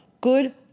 good